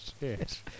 Yes